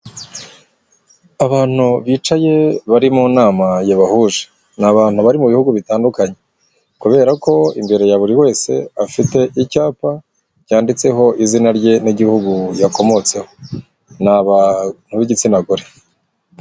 Abantu bicaye bari mu nama yabahuje, ni abantu bari mu bihugu bitandukanye, kubera ko imbere ya buri wese afite icyapa cyanditseho izina rye n'igihugu yakomotseho, ni ab'igitsina gore.